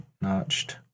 notched